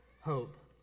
hope